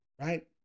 Right